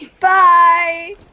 Bye